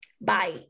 bye